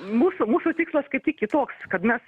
mūsų mūsų tikslas kaip tik kitoks kad mes